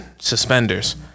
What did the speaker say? suspenders